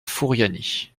furiani